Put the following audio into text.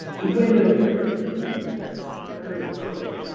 the window dressing, as i've heard it put.